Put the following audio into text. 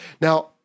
Now